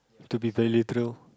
to be value through